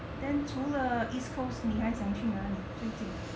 then 除了 east coast 你还想去哪里最近